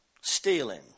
stealing